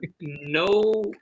No